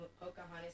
Pocahontas